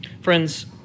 Friends